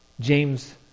James